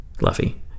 Luffy